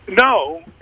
No